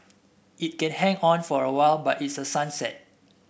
it can hang on for a while but it's a sunset